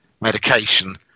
medication